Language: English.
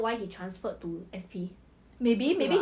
right there's so many other girls in the clique